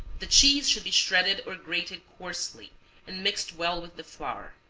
the cheese should be shredded or grated coarsely and mixed well with the flour.